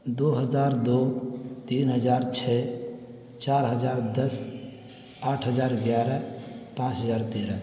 دو ہزار دو تین ہزار چھ چار ہزار دس آٹھ ہزار گیارہ پانچ ہزار تیرہ